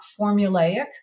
formulaic